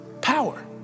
power